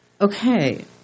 Okay